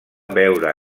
veure